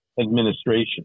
administration